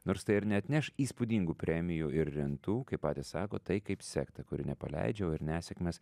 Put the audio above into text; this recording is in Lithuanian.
nors tai ir neatneš įspūdingų premijų ir rentų kaip patys sako tai kaip sekta kuri nepaleidžia o ir nesėkmės